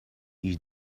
ear